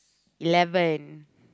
eleven